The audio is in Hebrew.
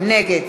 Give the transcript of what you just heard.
נגד